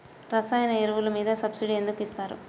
రసాయన ఎరువులు మీద సబ్సిడీ ఎందుకు ఇస్తారు?